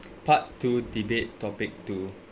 part two debate topic two